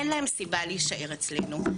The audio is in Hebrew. אין להם סיבה להישאר אצלנו,